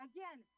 Again